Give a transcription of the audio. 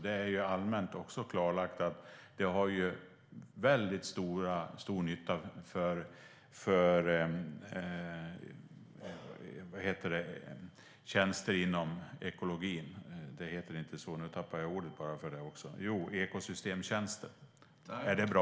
Det är allmänt klarlagt att det har väldigt stor nytta för ekosystemtjänster. Är det bra?